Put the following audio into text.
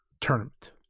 tournament